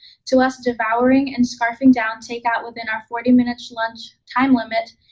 to us devouring and scarfing down takeout within our forty minute lunch time limit,